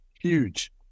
Huge